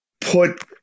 put